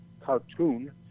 cartoon